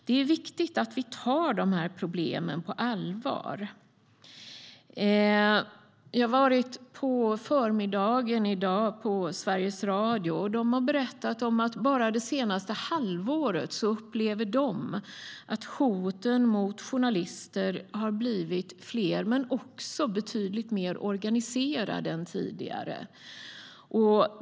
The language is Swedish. Det är viktigt att vi tar de här problemen på allvar. I dag på förmiddagen var jag på Sveriges Radio. De berättade att de det senaste halvåret har upplevt att hoten mot journalister har blivit fler men också betydligt mer organiserade än tidigare.